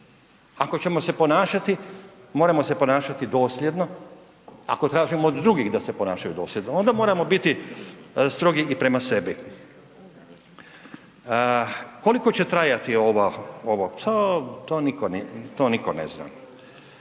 Ako ćemo se ponašati moramo se ponašati dosljedno, ako tražimo od drugih da se ponašaju dosljedno onda moramo biti strogi i prema sebi. Koliko će trajati ovo? To niko ne zna.